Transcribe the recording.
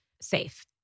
safe